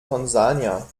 tansania